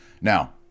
now